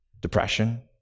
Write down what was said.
depression